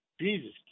Jesus